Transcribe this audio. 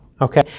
Okay